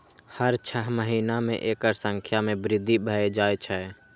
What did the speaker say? हर छह महीना मे एकर संख्या मे वृद्धि भए जाए छै